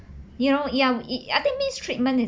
you know ya it I think mistreatment